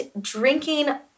drinking